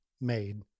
made